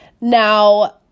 Now